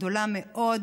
גדולה מאוד